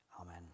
Amen